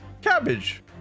Cabbage